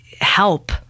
help